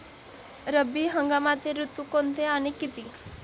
रब्बी हंगामातील ऋतू कोणते आणि किती?